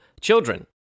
children